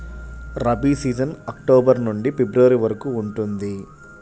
rabi season October నుండి ఫిబ్రవరి వరకు ఉంటుంది